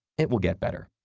it will get better.